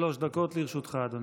שלוש דקות לרשותך, אדוני.